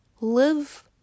live